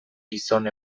gizon